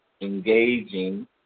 engaging